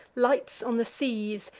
lights on the seas,